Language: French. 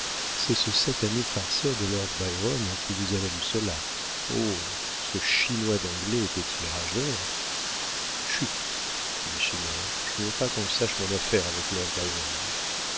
c'est ce satané farceur de lord byron qui vous a valu cela oh ce chinois d'anglais était-il rageur chut dit schinner je ne veux pas qu'on sache mon affaire avec